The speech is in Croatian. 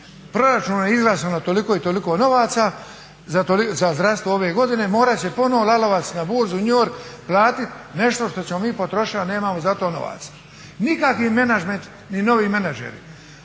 proračunu je izglasano toliko i toliko novaca za zdravstvo ove godine. Morat će ponovo Lalovac na burzu u New York plati nešto što ćemo mi potrošiti, a nemamo ni za to novaca. Nikakvi menadžment ni novi menadžeri.